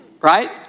right